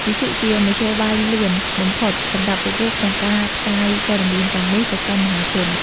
វិទ្យុជាមធ្យោបាយលឿនបំផុតសម្រាប់ពួកគេក្នុងការផ្សាយព័ត៌មានទាំងនេះទៅកាន់មហាជន។